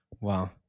Wow